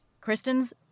Kristen's